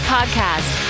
Podcast